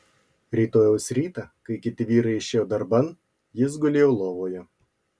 rytojaus rytą kai kiti vyrai išėjo darban jis gulėjo lovoje